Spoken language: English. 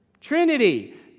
Trinity